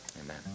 amen